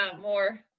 more